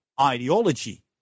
ideology